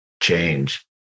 change